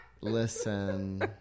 Listen